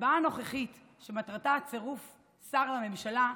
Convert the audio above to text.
ההצבעה הנוכחית, שמטרתה צירוף שר לממשלה,